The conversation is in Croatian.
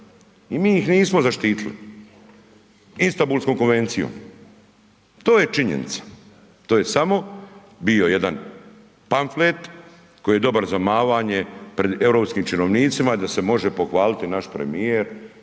i mi ih nismo zaštitili Istambulskom konvencijom, to je činjenica, to je samo bio jedan pamflet koji je dobar za mavanje pred europskim činovnicima da se može pohvaliti naš premijer